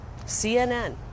CNN